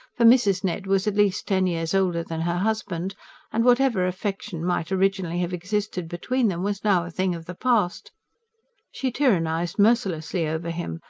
for mrs. ned was at least ten years older than her husband and whatever affection might originally have existed between them was now a thing of the past she tyrannised mercilessly over him,